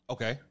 Okay